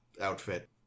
outfit